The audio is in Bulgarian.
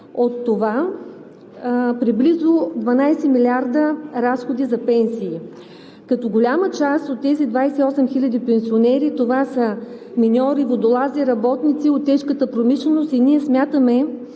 от това, при близо 12 милиарда разходи за пенсии, като голяма част от тези 28 хиляди пенсионери, са миньори, водолази, работници от тежката промишленост и ние смятаме,